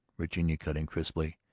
virginia cut in crisply,